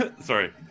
Sorry